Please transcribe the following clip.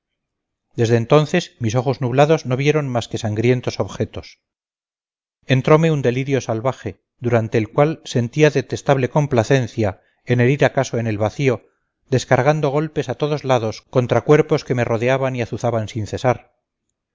desde entonces mis ojos nublados no vieron más que sangrientos objetos entrome un delirio salvaje durante el cual sentía detestable complacencia en herir acaso en el vacío descargando golpes a todos lados contra cuerpos que me rodeaban y azuzaban sin cesar